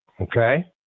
Okay